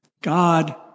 God